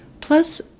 Plus